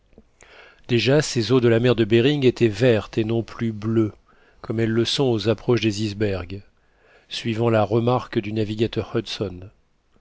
déjà ces eaux de la mer de behring étaient vertes et non plus bleues comme elles le sont aux approches des icebergs suivant la remarque du navigateur hudson